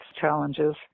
challenges